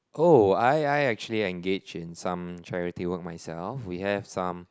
oh I I actually engage in some charity work myself we have some